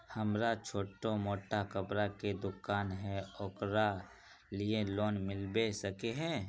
हमरा छोटो मोटा कपड़ा के दुकान है ओकरा लिए लोन मिलबे सके है?